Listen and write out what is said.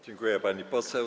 Dziękuję, pani poseł.